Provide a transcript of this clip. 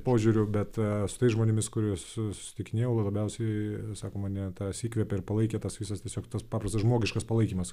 požiūrių bet su tais žmonėmis kuriais susitikinėjau labiausiai tiesiog mane tas įkvėpė palaikė tas visas tiesiog tas paprastas žmogiškas palaikymas